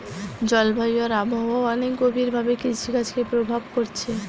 জলবায়ু আর আবহাওয়া অনেক গভীর ভাবে কৃষিকাজকে প্রভাব কোরছে